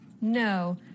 No